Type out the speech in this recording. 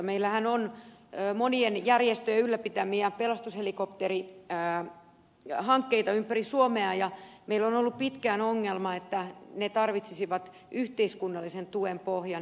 meillähän on monien järjestöjen ylläpitämiä pelastushelikopterihankkeita ympäri suomea ja meillä on ollut pitkään ongelma että ne tarvitsisivat yhteiskunnallisen tuen pohjakseen